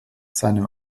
seinem